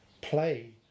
play